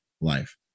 life